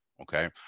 Okay